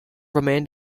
remained